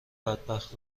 بدبخت